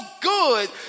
good